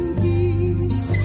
peace